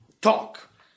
talk